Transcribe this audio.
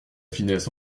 finesse